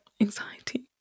anxiety